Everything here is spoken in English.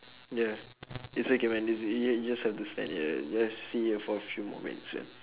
ya it's okay man it's you'll you'll just to have to stand yeah you'll have to sit here for a few more minutes yeah